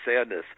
sadness